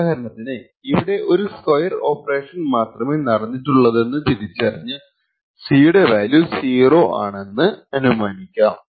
ഉദാഹരണത്തിന് ഇവിടെ ഒരു സ്ക്വെർ ഓപ്പറേഷൻ മാത്രമേ നടന്നിട്ടുള്ളതെന്ന് തിരിച്ചറിഞ്ഞു C യുടെ വാല്യൂ 0 ആണെന്ന് മനസ്സിലാക്കും